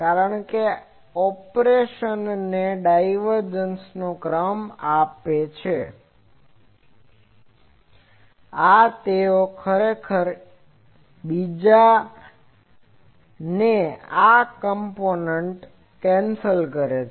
કારણ કે આ ઓપરેશનને આ ડાયવર્ઝનનો ક્રમ આપે છે અને આ એ તેઓ ખરેખર એક બીજાને આ કોમ્પોનન્ટ કેન્સલ કરે છે